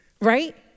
Right